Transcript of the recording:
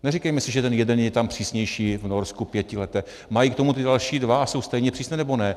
Neříkejme si, že ten jeden je tam přísnější v Norsku pětiletý, mají k tomu ty další dva a jsou stejně přísné, nebo ne.